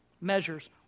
measures